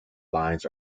lines